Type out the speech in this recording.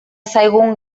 zaigun